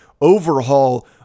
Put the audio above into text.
overhaul